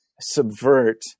subvert